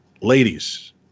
ladies